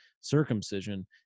circumcision